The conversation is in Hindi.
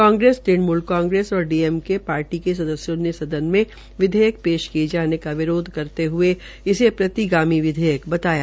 कांग्रेस तृणमूल कांग्रेस और डी एम के पार्टी के सदस्यों ने सदन में विधेयक पेश किये जाने विरोध करते हये इसे प्रतिगामी विधेयक बताया